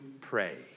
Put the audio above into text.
pray